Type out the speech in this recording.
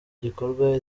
gikorwa